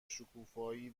شکوفایی